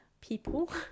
people